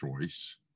choice